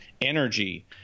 energy